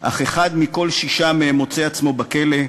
אך אחד מכל שישה מהם מוצא עצמו בכלא,